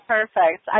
Perfect